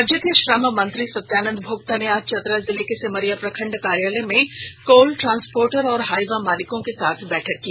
राज्य के श्रम मंत्री सत्यानंद भोक्ता ने आज चतरा जिले के सिमरिया प्रखंड कार्यालय में कोल ट्रांसपोटर और हाइवा मालिकों के साथ बैठक की